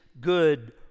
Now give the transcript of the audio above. good